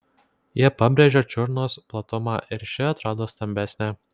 jie pabrėžia čiurnos platumą ir ši atrodo stambesnė